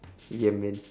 ya man